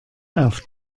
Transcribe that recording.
auf